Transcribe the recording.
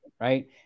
right